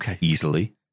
easily